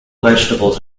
vegetables